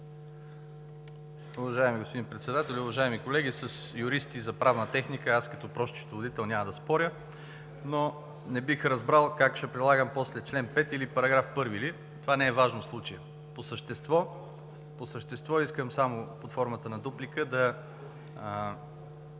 Уважаеми господин Председател, уважаеми колеги! С юристи – за правна техника, аз като прост счетоводител няма да споря, но не бих разбрал как ще прилагам после чл. 5 или § 1. Това не е важно в случая, по същество искам само, под формата на дуплика, да